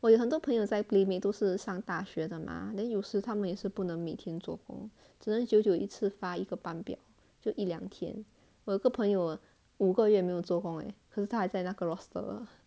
我有很多朋友在 playmade 都是上大学的嘛 then 有时他们也是不能每天做工只能久久一次发一个班表就一两天我有个朋友五个月没有做工可是他还在那个 roster